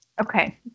okay